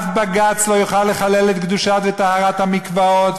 אף בג"ץ לא יוכל לחלל את קדושת וטהרת המקוואות,